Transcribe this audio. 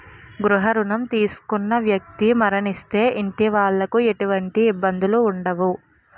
గృహ రుణం తీసుకున్న వ్యక్తి మరణిస్తే ఇంటి వాళ్లకి ఎటువంటి ఇబ్బందులు ఉండవు